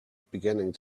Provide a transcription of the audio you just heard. beginning